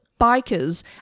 bikers